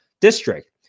district